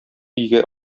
өйгә